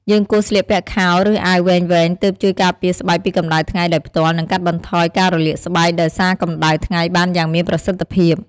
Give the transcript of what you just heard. យើងគួរស្លៀកពាក់ខោឫអាវវែងៗ ទើបជួយការពារស្បែកពីកម្ដៅថ្ងៃដោយផ្ទាល់ និងកាត់បន្ថយការរលាកស្បែកដោយសារកម្ដៅថ្ងៃបានយ៉ាងមានប្រសិទ្ធភាព។